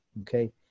Okay